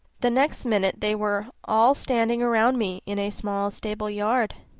the next minute they were all standing round me in a small stable-yard.